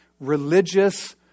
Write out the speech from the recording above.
religious